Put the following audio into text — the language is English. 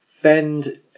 Fend